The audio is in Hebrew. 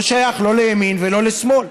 זה לא שייך לא לימין ולא לשמאל,